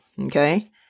okay